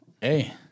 hey